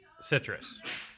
citrus